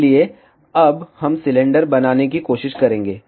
इसलिए अब हम सिलेंडर बनाने की कोशिश करेंगे